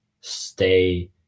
stay